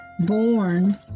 born